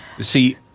See